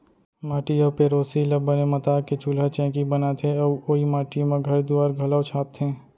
माटी अउ पेरोसी ल बने मता के चूल्हा चैकी बनाथे अउ ओइ माटी म घर दुआर घलौ छाबथें